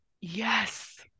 Yes